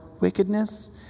wickedness